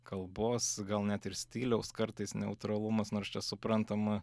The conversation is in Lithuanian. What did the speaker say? kalbos gal net ir stiliaus kartais neutralumas nors čia suprantama